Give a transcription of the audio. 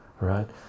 right